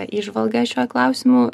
įžvalga šiuo klausimu